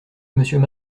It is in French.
monsieur